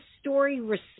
story